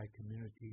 community